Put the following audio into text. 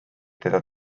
teda